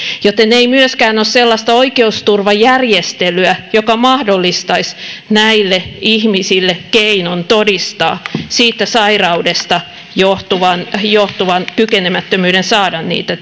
joten ei myöskään ole sellaista oikeusturvajärjestelyä joka mahdollistaisi näille ihmisille keinon todistaa siitä sairaudesta johtuvan johtuvan kykenemättömyyden saada niitä